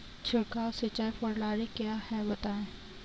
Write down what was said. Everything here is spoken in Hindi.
छिड़काव सिंचाई प्रणाली क्या है बताएँ?